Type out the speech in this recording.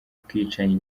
ubwicanyi